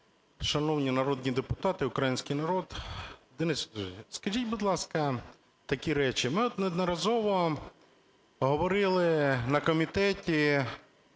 шановні народні депутати, український народ! Денис Анатолійович, скажіть, будь ласка, такі речі. Ми не одноразово говорили на комітеті,